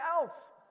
else